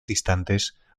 distantes